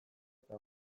eta